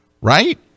right